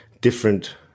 different